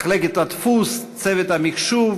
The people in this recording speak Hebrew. למחלקת הדפוס, לצוות המחשוב,